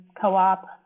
co-op